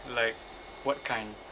like what kind